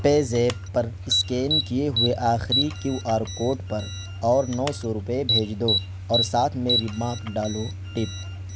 پے zip پر scan کیے ہوئے آخری کیو آر کوڈ پر اور نو سو روپئے بھیج دو اور ساتھ میں ریمارک ڈالو ٹپ